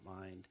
mind